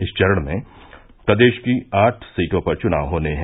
इस चरण में प्रदेश की आठ सीटों पर चुनाव होने हैं